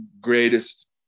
greatest